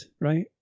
right